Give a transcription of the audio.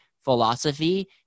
philosophy